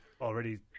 already